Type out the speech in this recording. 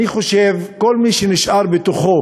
אני חושב שכל מי שנשארה בתוכו